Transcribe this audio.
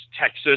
Texas